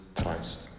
Christ